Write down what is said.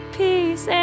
peace